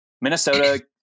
Minnesota